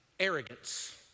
arrogance